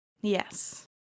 Yes